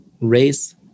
race